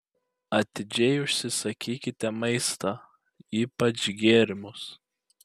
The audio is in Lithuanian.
atidžiai užsisakykite maistą ypač gėrimus